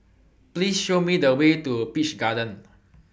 Please Show Me The Way to Peach Garden